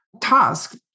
task